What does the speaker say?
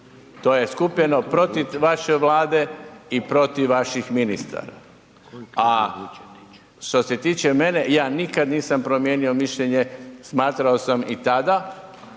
To je skupljeno protiv vaše Vlade i protiv vaših ministara. A što se tiče mene, ja nikad nisam promijenio mišljenje, smatrao sam i tada